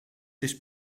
this